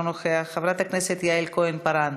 אינו נוכח, חברת הכנסת יעל כהן-פארן,